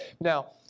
Now